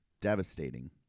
devastating